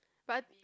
but